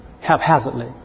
haphazardly